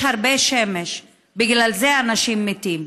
יש הרבה שמש, בגלל זה אנשים מתים.